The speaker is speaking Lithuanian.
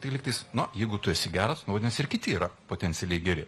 tai lygtais nu jeigu tu esi geras nu vadinasi ir kiti yra potencialiai geri